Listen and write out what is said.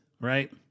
right